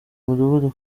mudugudu